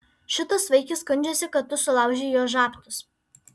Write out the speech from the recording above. šitas vaikis skundžiasi kad tu sulaužei jo žabtus